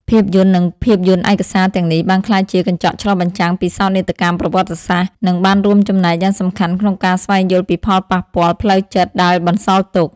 ភាពយន្ត និងភាពយន្តឯកសារទាំងនេះបានក្លាយជាកញ្ចក់ឆ្លុះបញ្ចាំងពីសោកនាដកម្មប្រវត្តិសាស្ត្រ និងបានរួមចំណែកយ៉ាងសំខាន់ក្នុងការស្វែងយល់ពីផលប៉ះពាល់ផ្លូវចិត្តដែលបន្សល់ទុក។